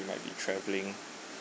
we might be travelling